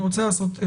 אני רוצה לעשות,